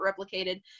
replicated